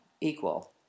Equal